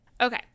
okay